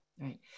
right